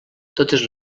totes